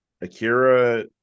Akira